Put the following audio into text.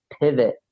pivot